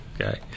Okay